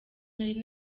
nari